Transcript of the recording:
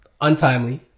untimely